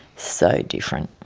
so different,